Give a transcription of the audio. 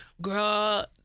Girl